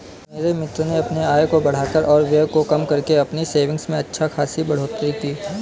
मेरे मित्र ने अपने आय को बढ़ाकर और व्यय को कम करके अपनी सेविंग्स में अच्छा खासी बढ़ोत्तरी की